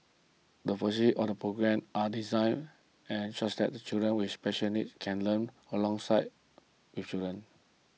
the on the programme are designed and such that children with special needs can learn alongside children